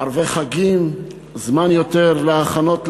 ערבי חגים, זמן רב יותר להכנות לחג.